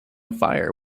fire